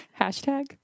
Hashtag